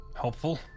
helpful